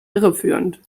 irreführend